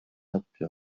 helpu